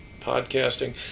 podcasting